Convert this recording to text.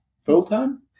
full-time